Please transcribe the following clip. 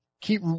keep